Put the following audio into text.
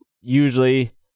usually